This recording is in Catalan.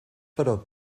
però